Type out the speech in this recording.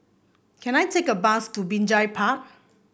can I take a bus to Binjai Park